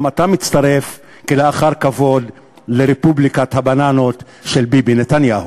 גם אתה מצטרף כלאחר כבוד לרפובליקת הבננות של ביבי נתניהו.